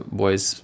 boys